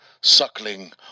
suckling